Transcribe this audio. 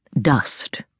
Dust